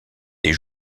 des